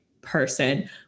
person